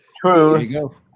True